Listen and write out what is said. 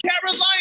Carolina